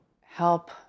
help